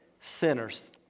sinners